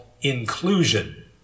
inclusion